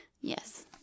yes